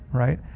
right.